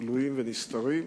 גלויים ונסתרים,